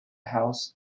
house